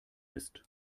ist